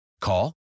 Call